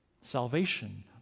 salvation